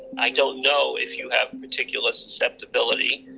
i don't know if you have particular susceptibility.